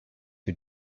who